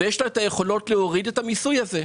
ויש לה יכולות להוריד את המיסוי הזה.